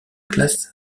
classe